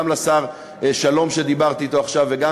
גם לשר שלום שדיברתי אתו עכשיו וגם